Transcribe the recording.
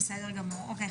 התשפ"א-2021.